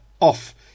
off